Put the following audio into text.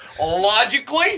logically